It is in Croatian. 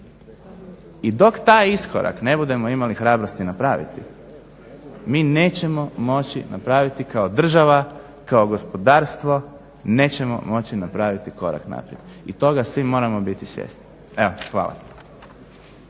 I dok taj iskorak ne budemo imali hrabrosti napraviti mi nećemo moći napraviti kako država, kao gospodarstvo nećemo moći napraviti korak naprijed i toga svi moramo biti svjesni. Evo, hvala.